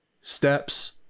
steps